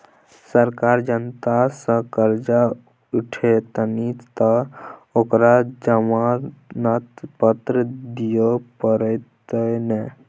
सरकार जनता सँ करजा उठेतनि तँ ओकरा जमानत पत्र दिअ पड़तै ने